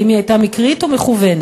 האם היא הייתה מקרית או מכוונת?